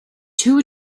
two